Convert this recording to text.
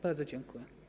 Bardzo dziękuję.